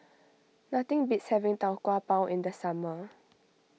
nothing beats having Tau Kwa Pau in the summer